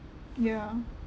yeah